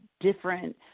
different